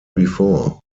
before